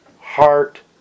heart